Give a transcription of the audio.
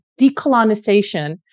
decolonization